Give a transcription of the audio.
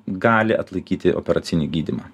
gali atlaikyti operacinį gydymą